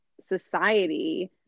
society